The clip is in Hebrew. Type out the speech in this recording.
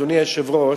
אדוני היושב-ראש,